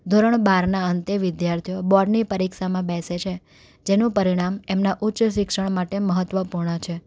ધોરણ બારના અંતે વિધ્યાર્થીઓ બોર્ડની પરીક્ષામાં બેસે છે જેનું પરિણામ એમના ઉચ્ચ શિક્ષણ માટે મહત્ત્વપૂર્ણ છે